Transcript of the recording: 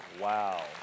wow